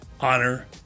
Honor